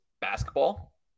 basketball